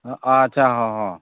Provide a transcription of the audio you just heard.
ᱟᱪᱪᱷᱟ ᱦᱮᱸ ᱦᱮᱸ